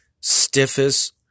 stiffest